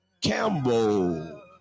Campbell